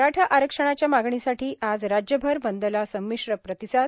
मराठा आरक्षणाच्या मागणीसाठी आज राज्यभर बंदला संमिश्र प्रतिसाद